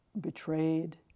betrayed